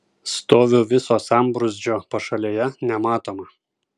stoviu viso sambrūzdžio pašalėje nematoma